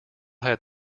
had